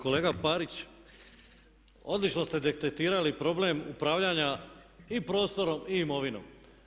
Kolega Parić, odlično ste detektirali problem upravljanja i prostorom i imovinom.